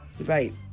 Right